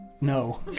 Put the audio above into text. no